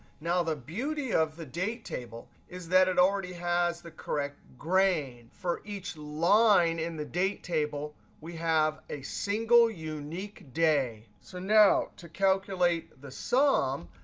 now, the beauty of the date table is that it already has the correct grain. for each line in the date table, we have a single unique day. so now to calculate the sum,